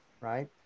right